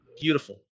Beautiful